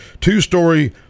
two-story